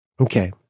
Okay